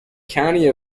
county